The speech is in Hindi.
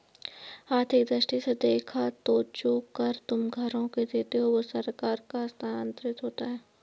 आर्थिक दृष्टि से देखो तो जो कर तुम घरों से देते हो वो सरकार को हस्तांतरित होता है